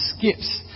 skips